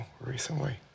recently